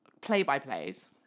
Play-by-plays